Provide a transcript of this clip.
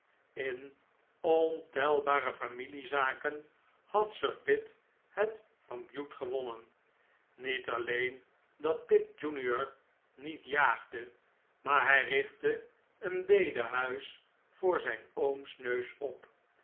in ontelbare familiezaken had sir pitt het van bute gewonnen niet alleen dat pitt junior niet jaagde maar hij richtte een bedehuis voor zijn ooms neus op